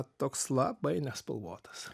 toks labai nespalvotas